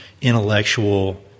intellectual